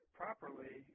properly